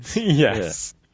Yes